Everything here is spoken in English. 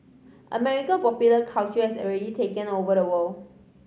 American popular culture has already taken over the world